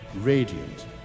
radiant